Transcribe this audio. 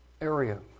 area